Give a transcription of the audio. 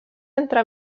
entre